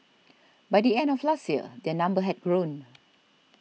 by the end of last year their number had grown